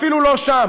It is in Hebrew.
אפילו לא שם.